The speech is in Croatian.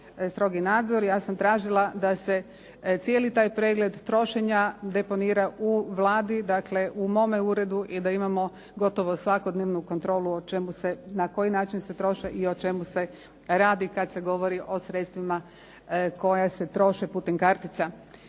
strogi nadzor. Ja sam tražila da se cijeli taj pregled trošenja deponira u Vladi, dakle u mome uredu i da imamo gotovo svakodnevnu kontrolu o čemu se, na koji način se troše i o čemu se radi kad se govori o sredstvima koja se troše putem kartica.